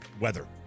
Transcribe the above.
weather